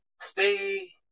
stay